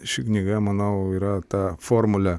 ši knyga manau yra ta formulė